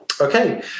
Okay